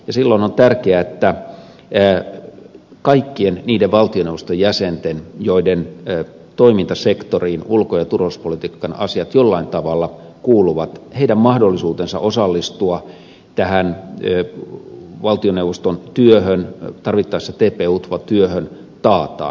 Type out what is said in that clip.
silloin on tärkeää että kaikkien niiden valtioneuvoston jäsenten joiden toimintasektoriin ulko ja turvallisuuspolitiikan asiat jollain tavalla kuuluvat mahdollisuudet osallistua tähän valtioneuvoston työhön tarvittaessa tp utva työhön taataan